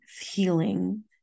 healing